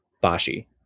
Bashi